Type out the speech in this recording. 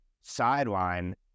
sideline